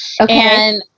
Okay